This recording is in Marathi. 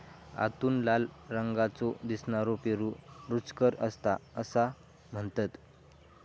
आतून लाल रंगाचो दिसनारो पेरू रुचकर असता असा म्हणतत